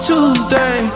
Tuesday